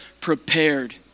prepared